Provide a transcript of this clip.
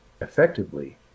effectively